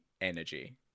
energy